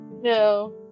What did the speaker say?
No